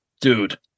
dude